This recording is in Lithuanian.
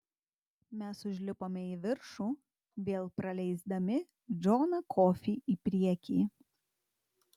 mes užlipome į viršų vėl praleisdami džoną kofį į priekį